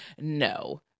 No